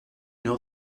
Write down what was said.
know